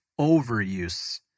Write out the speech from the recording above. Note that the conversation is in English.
overuse